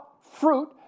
fruit